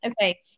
Okay